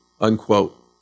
unquote